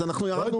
אז אנחנו ירדנו.